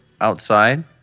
outside